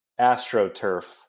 AstroTurf